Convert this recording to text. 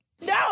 No